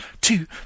two